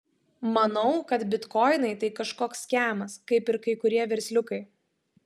manau kad bitkoinai tai kažkoks skemas kaip ir kai kurie versliukai